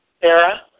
Sarah